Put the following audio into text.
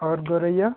और गोरैया